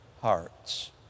hearts